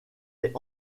est